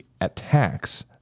attacks